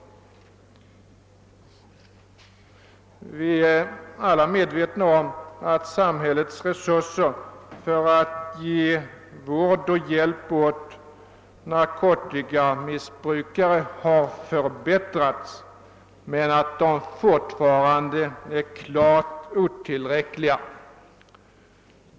Vi är alla medvetna om att samhällets resurser för att ge vård och hjälp åt narkotikamissbrukare har förbättrats men fortfarande är klart otillräckliga.